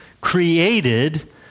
created